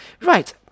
right